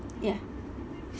ya